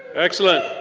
excellent.